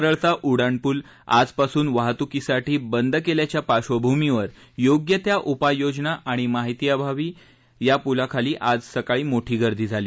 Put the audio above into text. lower परळचा उड्डाणपूल आजपासून वाहतुकीसाठी बंद केल्याच्या पार्श्वभूमीवर योग्य त्या उपाययोजना आणि माहिती अभावी या पुलाखाली आज सकाळी मोठी गर्दी झाली